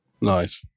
nice